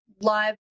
live